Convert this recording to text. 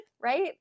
right